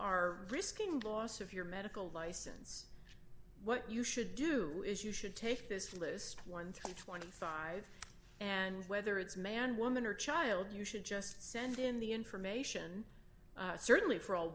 are risking the loss of your medical license what you should do is you should take this list one hundred and twenty five and whether it's man woman or child you should just send in the information certainly for all